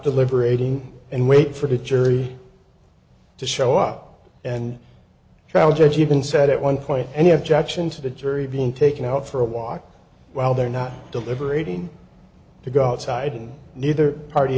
deliberating and wait for the jury to show up and trial judge even said at one point any objection to the jury being taken out for a walk while they're not deliberating to go outside and neither party